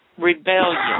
Rebellion